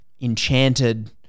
enchanted